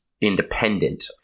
independent